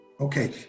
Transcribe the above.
okay